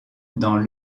dans